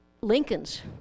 Lincolns